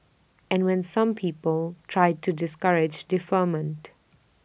and when some people tried to discourage deferment